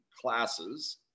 classes